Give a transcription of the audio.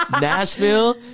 Nashville